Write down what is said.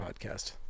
podcast